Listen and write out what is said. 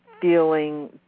feeling